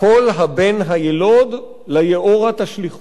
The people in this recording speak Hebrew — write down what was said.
כל הבן היילוד, היאורה תשליכוהו.